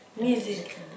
Music